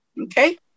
okay